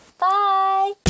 bye